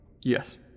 Yes